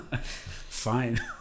fine